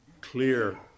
clear